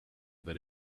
that